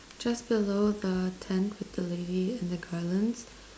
just below the tent with the lady and the garlands